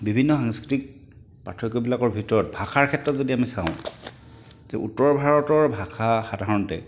বিভিন্ন সাংস্কৃতিক পাৰ্থক্যবিলাকৰ ভিতৰত ভাষাৰ ক্ষেত্ৰত যদি আমি চাওঁ যে উত্তৰ ভাৰতৰ ভাষা সাধাৰণতে